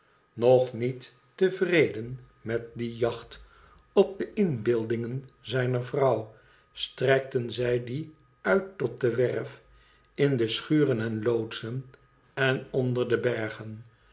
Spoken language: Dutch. nog niet tevreden met die jacht op de inbeeldingen zijner vrouw strekten zij die uit tot de werf in de schuren en loodsen en onder de bergen